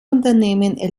unternehmen